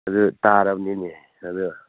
ꯑꯗꯨ ꯇꯔꯥꯕꯅꯤꯅꯦ ꯑꯗꯨ